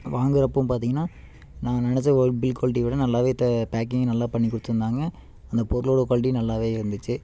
வாங்கறப்ப பார்த்திங்கன்னா நான் நெனைச்ச ஒரு குவாலிட்டியை விட நல்லா பேக்கிங்கு நல்லா பண்ணி கொடுத்துருந்தாங்க அந்த பொருளோட குவாலிட்டியும் நல்லா இருந்துச்சு